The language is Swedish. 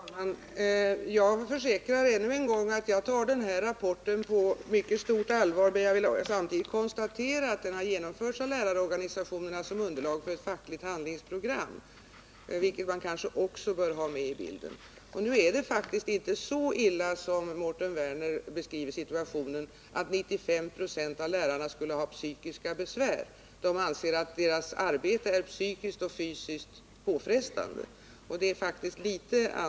Herr talman! Jag försäkrar än en gång att jag tar den här rapporten på mycket stort allvar, men vill samtidigt konstatera att undersökningen har genomförts av lärarorganisationerna för att skapa underlag för ett fackligt handlingsprogram. Det bör man kanske också ha med i bilden. Nu är det faktiskt inte så illa som Mårten Werner beskriver situationen, dvs. att 95 96 av lärarna skulle ha psykiska besvär. Lärarna anser att deras M . h fysi fi - i civilförsvarsanläggarbete är Psykiskt oc ysiskt på restande, men det är faktiskt en annan sak.